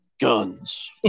guns